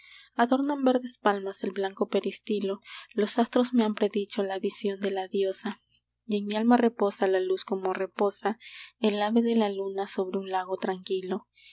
adornan verdes palmas el blanco peristilo los astros me han predicho la visión de la diosa y en mi alma reposa la luz como reposa el ave de la luna sobre un lago tranquilo